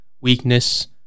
weakness